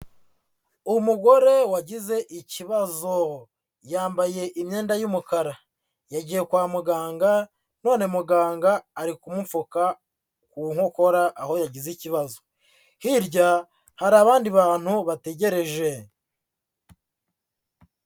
Umugore wagize ikibazo, yambaye imyenda y'umukara, yagiye kwa muganga none muganga ari kumupfuka ku nkokora aho yagize ikibazo, hirya hari abandi bantu bategereje.